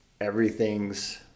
everything's